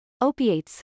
opiates